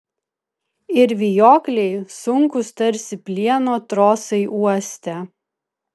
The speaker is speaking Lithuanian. ir vijokliai sunkūs tarsi plieno trosai uoste